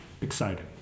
exciting